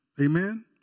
Amen